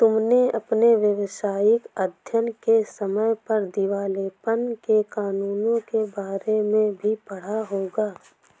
तुमने अपने व्यावसायिक अध्ययन के समय पर दिवालेपन के कानूनों के बारे में भी पढ़ा होगा